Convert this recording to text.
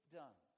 done